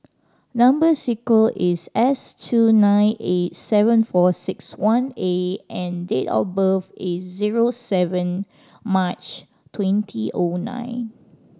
number sequence is S two nine eight seven four six one A and date of birth is zero seven March twenty O nine